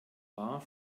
war